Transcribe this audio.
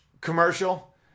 commercial